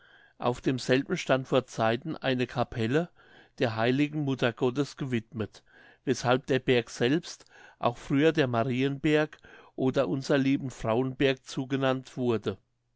auf demselben stand vor zeiten eine capelle der heiligen mutter gottes gewidmet weshalb der berg selbst auch früher der marienberg oder unserer lieben frauen berg zugenannt wurde